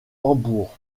hambourg